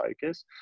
focus